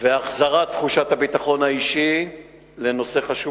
והחזרת תחושת הביטחון האישי לנושא חשוב